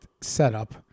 setup